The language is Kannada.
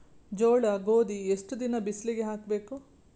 ಜೋಳ ಗೋಧಿ ಎಷ್ಟ ದಿನ ಬಿಸಿಲಿಗೆ ಹಾಕ್ಬೇಕು?